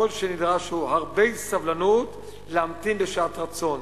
כל שנדרש הוא הרבה סבלנות להמתין לשעת רצון,